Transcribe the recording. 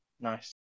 Nice